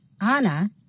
Anna